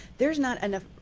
there is not enough